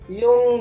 yung